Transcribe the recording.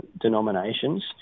denominations